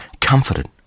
comforted